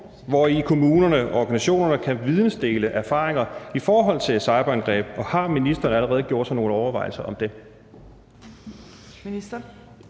hvori kommunerne og organisationerne kan videndele erfaringer med cyberangreb? Og har ministeren allerede gjort sig nogle overvejelser om det? Kl.